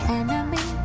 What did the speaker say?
enemy